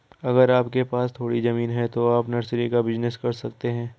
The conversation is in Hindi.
अगर आपके पास थोड़ी ज़मीन है तो आप नर्सरी का बिज़नेस कर सकते है